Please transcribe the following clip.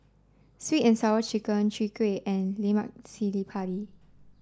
Sweet and Sour Chicken Chwee Kueh and Lemak Cili Padi